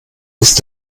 ist